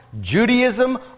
Judaism